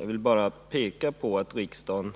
Jag vill i detta sammanhang bara erinra om att riksdagen